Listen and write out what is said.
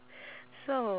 so